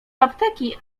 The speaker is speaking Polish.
apteki